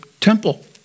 temple